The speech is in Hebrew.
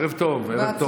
ערב טוב, ערב טוב.